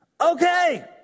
okay